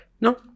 No